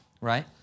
right